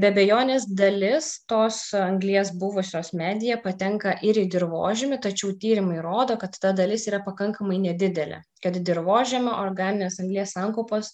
be abejonės dalis tos anglies buvusios medyje patenka ir į dirvožemį tačiau tyrimai rodo kad ta dalis yra pakankamai nedidelė kad dirvožemio organinės anglies sankaupos